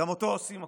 וגם אותו עושים עקום.